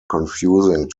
confusing